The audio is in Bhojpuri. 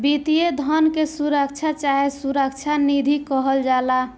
वित्तीय धन के सुरक्षा चाहे सुरक्षा निधि कहल जाला